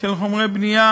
של חומרי בנייה,